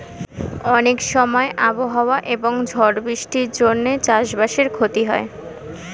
অনেক সময় আবহাওয়া এবং ঝড় বৃষ্টির জন্যে চাষ বাসের ক্ষতি হয়